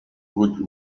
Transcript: would